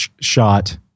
shot